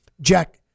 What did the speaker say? Jack